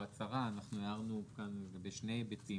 ההצהרה אנחנו הערנו כאן בשני היבטים,